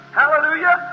hallelujah